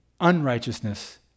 unrighteousness